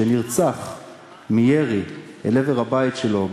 שנרצח מירי אל עבר הבית שלו,